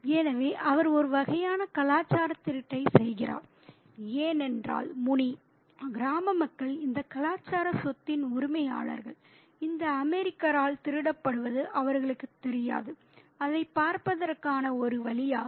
எனவே அவர் ஒரு வகையான கலாச்சார திருட்டைசெய்கிறார் ஏனென்றால் முனி கிராம மக்கள் இந்த கலாச்சார சொத்தின் உரிமையாளர்கள் இந்த அமெரிக்கரால் திருடப்படுவது அவர்களுக்குத் தெரியாது அதைப் பார்ப்பதற்கான ஒரு வழியாகும்